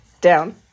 Down